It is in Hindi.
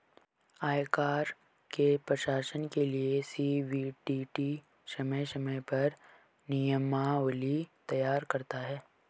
आयकर के प्रशासन के लिये सी.बी.डी.टी समय समय पर नियमावली तैयार करता है